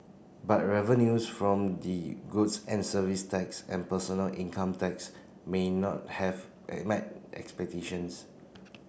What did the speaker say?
but revenues from the goods and service tax and personal income tax may not have met expectations